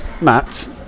Matt